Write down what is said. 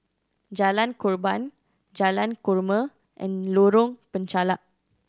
Jalan Korban Jalan Korma and Lorong Penchalak